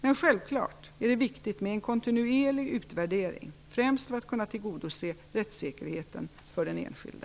Men självklart är det viktigt med en kontinuerlig utvärdering, främst för att kunna tillgodose rättssäkerheten för den enskilde.